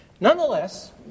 Nonetheless